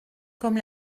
comme